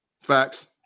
Facts